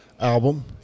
album